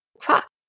fuck